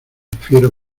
fiero